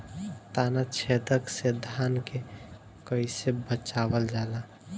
ताना छेदक से धान के कइसे बचावल जाला?